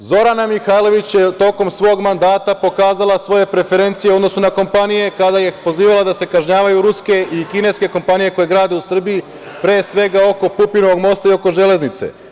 Drugo, Zorana Mihajlović je tokom svog mandata pokazala svoje preferencije u odnosu na kompanije kada je pozivala da se kažnjavaju ruske i kineske kompanije koje grade u Srbiji, pre svega, oko Pupinovog mosta i oko železnice.